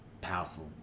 powerful